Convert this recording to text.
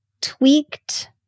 tweaked